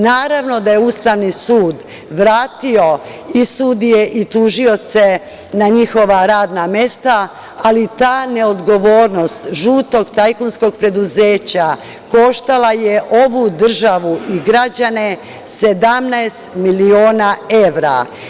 Naravno, da je Ustavni sud vratio i sudije i tužioce na njihova radna mesta, ali ta neodgovornost žutog tajkunskog preduzeća, koštala je ovu državu i građane 17 miliona evra.